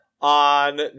on